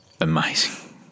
amazing